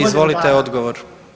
Izvolite odgovor.